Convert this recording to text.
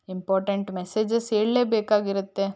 important messages ಹೇಳಲೇ ಬೇಕಾಗಿರುತ್ತೆ